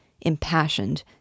impassioned